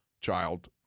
child